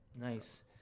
nice